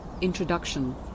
Introduction